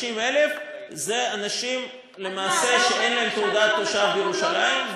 50,000 זה אנשים שלמעשה אין להם תעודת תושב בירושלים,